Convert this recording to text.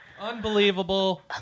Unbelievable